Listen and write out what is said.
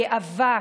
גאווה,